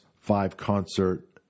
five-concert